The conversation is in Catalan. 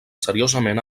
seriosament